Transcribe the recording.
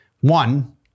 one